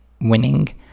winning